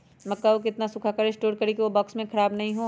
मक्का को कितना सूखा कर स्टोर करें की ओ बॉक्स में ख़राब नहीं हो?